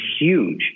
huge